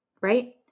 Right